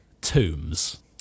tombs